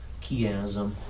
chiasm